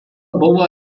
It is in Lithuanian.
buvo